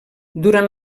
durant